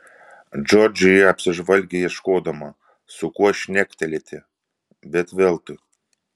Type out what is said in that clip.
džordžija apsižvalgė ieškodama su kuo šnektelėti bet veltui